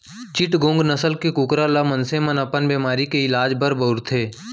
चिटगोंग नसल के कुकरा ल मनसे मन अपन बेमारी के इलाज बर बउरथे